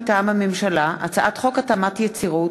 מטעם הממשלה: הצעת חוק התאמת יצירות,